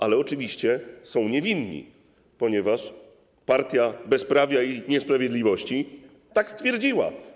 Ale oczywiście są niewinni, ponieważ partia bezprawia i niesprawiedliwości tak stwierdziła.